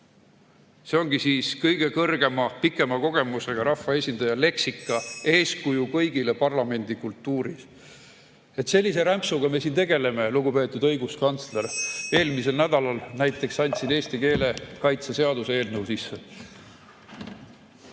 See ongi kõige pikema kogemusega rahvaesindaja leksika, eeskuju kõigile parlamendikultuuris. Sellise rämpsuga me siin tegeleme, lugupeetud õiguskantsler. Eelmisel nädalal näiteks andsid eesti keele kaitse seaduseelnõu sisse.